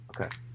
Okay